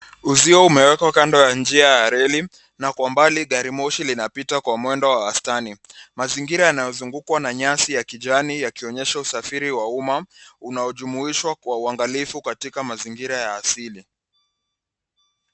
Uzio umewekwa kando ya njia ya reli na kwa mbali gari moshi linapita kwa mwendo wa wastani , mazingira yanayozungukwa na nyasi ya kijani yakionyesha usafiri wa umma unaojumuishwa kwa uangalifu katika mazingira ya asili.